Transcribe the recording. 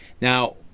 Now